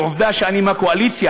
ועובדה שאני מהקואליציה.